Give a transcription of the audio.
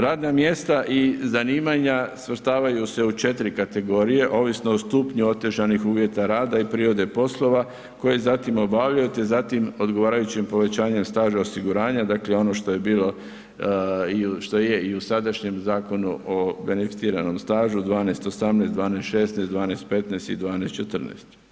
Radna mjesta i zanimanja svrstavaju se u 4 kategorije ovisno o stupnju otežanih uvjeta rada i prirode poslova koji zatim obavljaju te zatim odgovarajućim povećanjem staža osiguranja, dakle ono što je bilo i što je i u sadašnjem Zakonu o beneficiranom stažu 12 18, 12 16, 12 15 i 12 14.